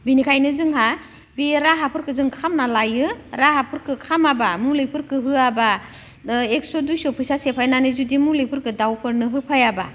बेनिखायनो जोंहा बे राहाफोरखौ जों खालामना लायो राहाफोरखौ खालामाबा मुलिफोरखौ होआबा एकस' दुइस' फैसा सेफायनानै जुदि मुलिफोरखौ दाउफोरनो होफैयाबा